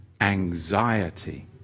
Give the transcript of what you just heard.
Anxiety